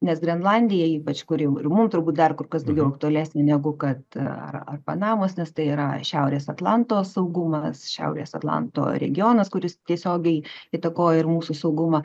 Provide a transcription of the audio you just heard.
nes grenlandija ypač kuri ir mum turbūt dar kur kas daugiau aktualesnė negu kad ar ar panamos nes tai yra šiaurės atlanto saugumas šiaurės atlanto regionas kuris tiesiogiai įtakoja ir mūsų saugumą